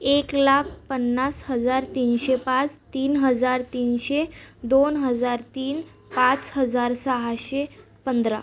एक लाख पन्नास हजार तीनशे पाच तीन हजार तीनशे दोन हजार तीन पाच हजार सहाशे पंधरा